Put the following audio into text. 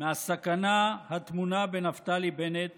מהסכנה הטמונה בנפתלי בנט